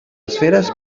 esferes